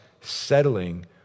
settling